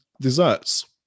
desserts